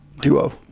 duo